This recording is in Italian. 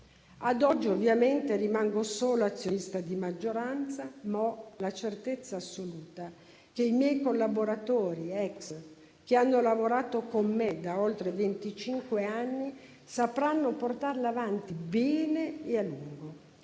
Ad oggi ovviamente rimango solo azionista di maggioranza, ma ho la certezza assoluta che i miei collaboratori (ex), che hanno lavorato con me da oltre venticinque anni, sapranno portarlo avanti bene e a lungo.